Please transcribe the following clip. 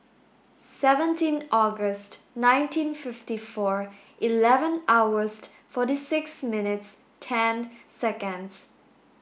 seventeen August nineteen fifty four eleven hours forty six minutes ten seconds